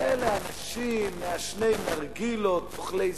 אלה אנשים מעשני נרגילות, אוכלי סושי,